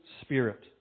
Spirit